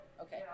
okay